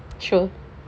sure